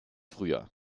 früher